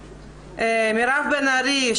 מירב בן ארי,